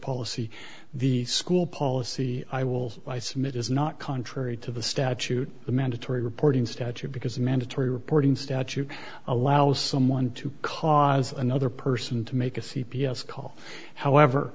policy the school policy i will i submit is not contrary to the statute the mandatory reporting statute because the mandatory reporting statute allows someone to cause another person to make a c p s call however